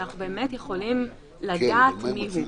שאנו יכולים לדעת מיהו.